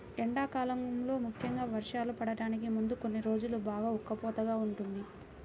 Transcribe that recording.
ఎండాకాలంలో ముఖ్యంగా వర్షాలు పడటానికి ముందు కొన్ని రోజులు బాగా ఉక్కపోతగా ఉంటుంది